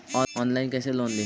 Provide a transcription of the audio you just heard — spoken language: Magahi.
ऑनलाइन कैसे लोन ली?